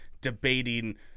debating